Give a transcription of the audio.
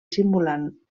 simulant